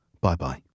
Bye-bye